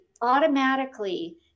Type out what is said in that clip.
automatically